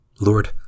Lord